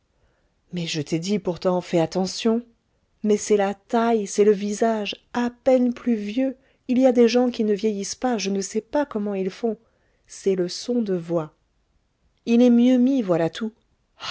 mais je t'ai dit pourtant fais attention mais c'est la taille c'est le visage à peine plus vieux il y a des gens qui ne vieillissent pas je ne sais pas comment ils font c'est le son de voix il est mieux mis voilà tout